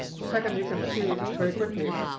second, you can see very quickly